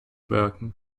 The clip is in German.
wirken